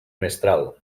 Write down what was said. mestral